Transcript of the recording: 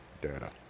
Data